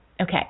okay